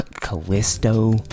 Callisto